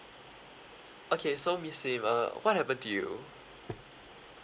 okay so miss sim uh what happened to you